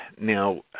Now